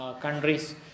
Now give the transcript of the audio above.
countries